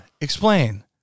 Explain